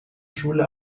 schule